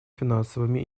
финансовыми